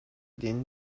din